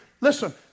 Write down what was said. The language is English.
Listen